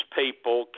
people